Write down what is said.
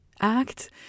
act